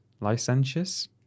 Licentious